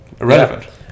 irrelevant